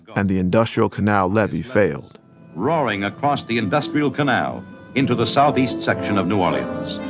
and the industrial canal levee failed roaring across the industrial canal into the southeast section of new orleans.